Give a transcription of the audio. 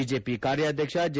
BJP ಕಾರ್ಯಾಧ್ಯಕ್ಷ J